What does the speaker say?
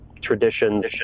traditions